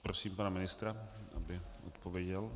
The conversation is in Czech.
Prosím pana ministra, aby odpověděl.